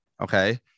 okay